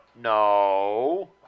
No